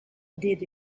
did